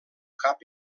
cap